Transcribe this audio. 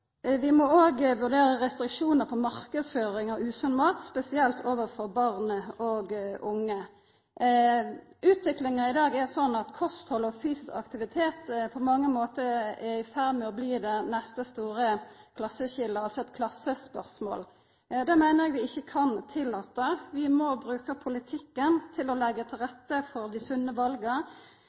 Vi må òg vurdera restriksjonar på marknadsføring av usunn mat, spesielt overfor barn og unge. Utviklinga i dag er slik at kosthald og fysisk aktivitet på mange måtar er i ferd med å bli det neste store klasseskiljet – eit klassespørsmål. Det meiner eg vi ikkje kan tillata, vi må bruka politikken til å leggja til rette for dei sunne